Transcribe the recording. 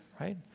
right